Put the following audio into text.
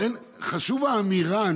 חשובה האמירה.